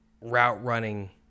route-running